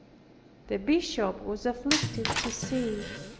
the bishop was afflicted to see it,